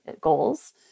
goals